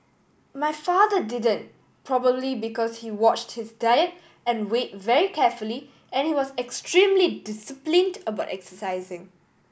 my father didn't probably because he watched his diet and weight very carefully and was extremely disciplined about exercising